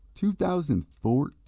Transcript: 2014